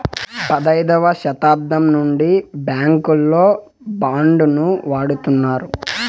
పదైదవ శతాబ్దం నుండి బ్యాంకుల్లో బాండ్ ను వాడుతున్నారు